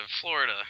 Florida